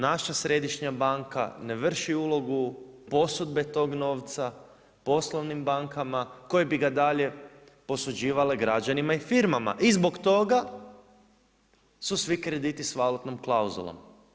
Naša središnja banka ne vrši ulogu posudbe tog novca poslovnim bankama koje bi ga dalje posuđivale građanima i firmama i zbog toga su svi krediti sa valutnom klauzulom.